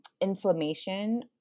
inflammation